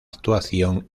actuación